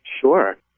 Sure